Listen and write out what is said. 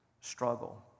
struggle